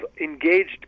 engaged